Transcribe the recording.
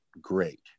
great